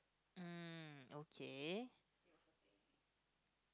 mm okay